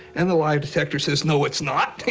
and the lie detector says no it's not!